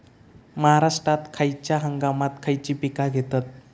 महाराष्ट्रात खयच्या हंगामांत खयची पीका घेतत?